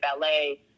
ballet